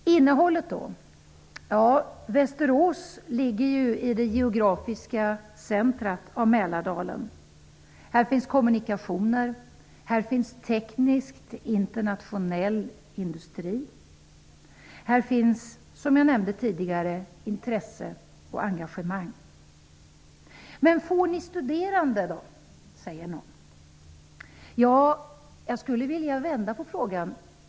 Vidare var det frågan om innehållet. Västerås ligger ju i det geografiska centret av Mälardalen. Här finns kommunikationer. Här finns internationell teknisk industri. Här finns, som jag nämnde tidigare, intresse och engagemang. Men då frågar någon om det finns studenter. Jag skulle vilja vända på frågan.